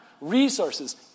resources